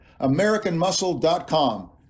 americanmuscle.com